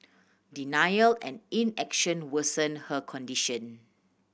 denial and inaction worsen her condition